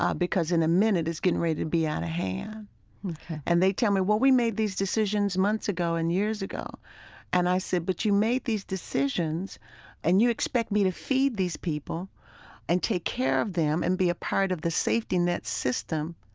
ah because in a minute, it's getting ready to be out of hand ok and they tell me, well, we made these decisions months ago and years ago and i said, but you made these decisions and you expect me to feed these people and take care of them and be a part of the safety net system.